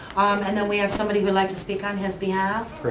and then we have somebody who would like to speak on his behalf.